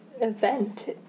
event